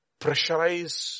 pressurize